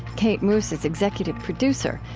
kate moos is executive producer.